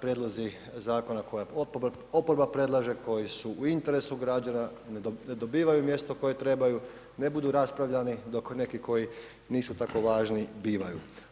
prijedlozi zakona koje oporba predlaže, koji su u interesu građana, ne dobivaju mjesto koje trebaju, ne budu raspravljani dok kod nekih koji nisu tako važni bivaju.